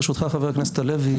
ברשותך חבר הכנסת הלוי,